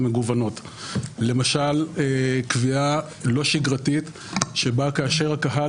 לא פשוט בכלל, הוא צריך להתכתב עם המון חוקים.